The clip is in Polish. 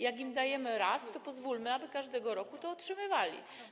Jak im dajemy raz, to pozwólmy, aby każdego roku to otrzymywali.